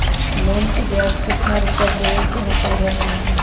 Loan के ब्याज कितना रुपैया देबे के होतइ हर महिना?